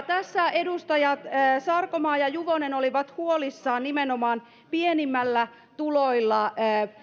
tässä edustajat sarkomaa ja juvonen olivat huolissaan nimenomaan pienimmillä tuloilla